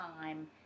time